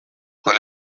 will